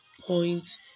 point